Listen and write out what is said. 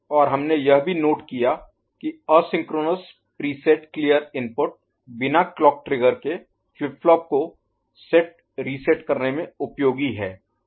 और हमने यह भी नोट किया कि एसिंक्रोनस प्रीसेट क्लीयर इनपुट बिना क्लॉक ट्रिगर के फ्लिप फ्लॉप को सेट रीसेट करने में उपयोगी हैं